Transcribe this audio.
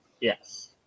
Yes